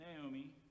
Naomi